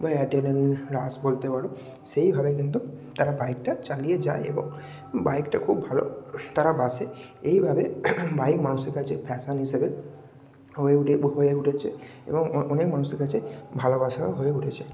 বা adrenaline rush বলতে পারো সেইভাবে কিন্তু তারা বাইকটা চালিয়ে যায় এবং বাইকটা খুব ভালো তারা বাসে এইভাবে বাইক মানুষের কাছে ফ্যাশন হিসেবে হয়ে উঠে হয়ে উঠেছে এবং অনেক মানুষের কাছে ভালোবাসাও হয়ে উঠেছে